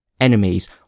enemies